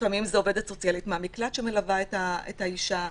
לפעמים זאת עובדת סוציאלית מהמקלט שמלווה את האישה,